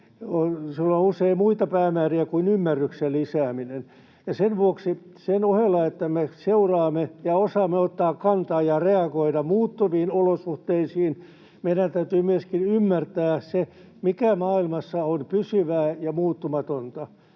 joilla on usein muita päämääriä kuin ymmärryksen lisääminen. Sen vuoksi sen ohella, että me seuraamme ja osaamme ottaa kantaa ja reagoida muuttuviin olosuhteisiin, meidän täytyy myöskin ymmärtää se, mikä maailmassa on pysyvää ja muuttumatonta.